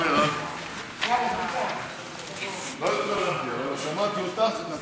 ואני עזרתי לו קצת בעניין הזה.